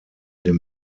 dem